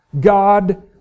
God